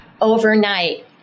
overnight